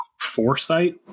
foresight